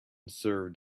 served